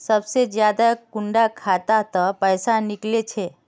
सबसे ज्यादा कुंडा खाता त पैसा निकले छे?